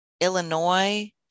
Illinois